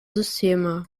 systeme